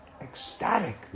ecstatic